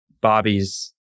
Bobby's